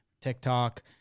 TikTok